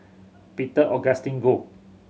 Peter Augustine Goh